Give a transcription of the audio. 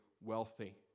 wealthy